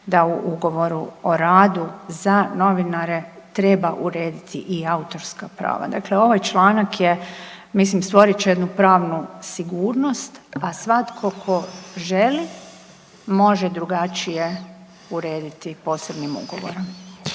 da u ugovoru o radu za novinare treba urediti i autorska prava. Dakle, ovaj članak je mislim stvorit će jednu pravnu sigurnost, a svatko tko želi može drugačije urediti posebnim ugovorom.